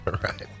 Right